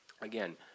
again